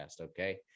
Okay